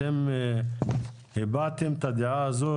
אתם הבעתם את הדעה הזו,